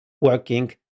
working